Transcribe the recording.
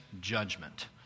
judgment